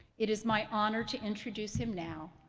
it is my honor to introduce him now.